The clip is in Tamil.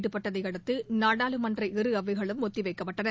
ஈடுபட்டதை அடுத்து நாடாளுமன்ற இரு அவைகளும் ஒத்திவைக்கப்பட்டன